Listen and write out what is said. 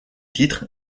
titre